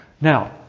Now